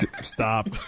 stop